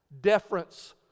deference